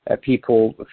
people